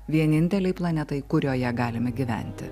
vienintelei planetai kurioje galime gyventi